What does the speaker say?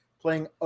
playing